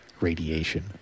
radiation